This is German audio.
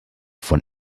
von